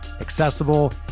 accessible